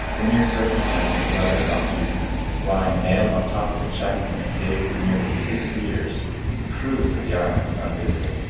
the mere circumstance of his letter about you lying nailed on top of a chest in a cave for nearly six years proves that the island was unvisited.